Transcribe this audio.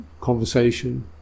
conversation